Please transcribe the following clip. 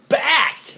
back